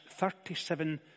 37